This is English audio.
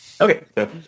Okay